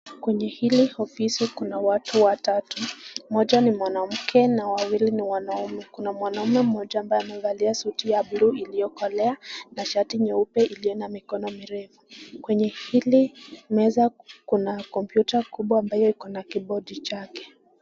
Kwenye hili ofisi kuna watu watatu. Mmoja ni mwanamke na wawili ni wanaume. Kuna mwanaume mmoja ambaye amevalia suti ya bluu iliyokolea na shati nyeupe iliyo na mikono mirefu. Kwenye hili meza kuna kompyuta kubwa ambayo ikona kibodi chake.